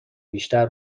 بیشتر